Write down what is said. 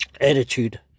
attitude